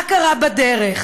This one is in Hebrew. מה קרה בדרך?